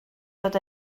dod